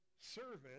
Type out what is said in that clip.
servant